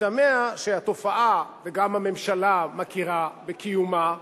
השתמע שהתופעה, גם הממשלה מכירה בקיומה,